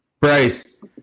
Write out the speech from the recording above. Bryce